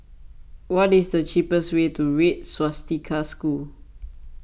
what is the cheapest way to Red Swastika School